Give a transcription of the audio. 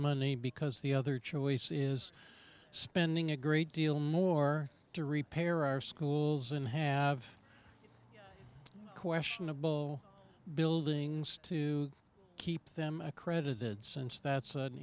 money because the other choice is spending a great deal more to repair our schools in have a question of building to keep them accredited since that's an